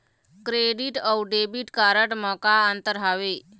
Credit अऊ debit card म का अंतर हावे?